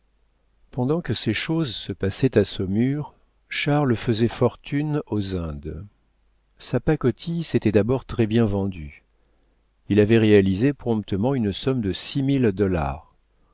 pendant que ces choses se passaient à saumur charles faisait fortune aux indes sa pacotille s'était d'abord très bien vendue il avait réalisé promptement une somme de six mille dollars